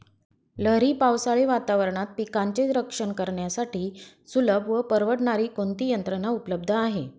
लहरी पावसाळी वातावरणात पिकांचे रक्षण करण्यासाठी सुलभ व परवडणारी कोणती यंत्रणा उपलब्ध आहे?